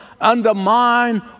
undermine